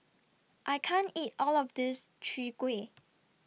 I can't eat All of This Chwee Kueh